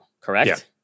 correct